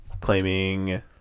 claiming